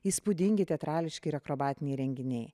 įspūdingi teatrališki ir akrobatiniai renginiai